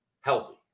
healthy